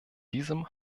diesem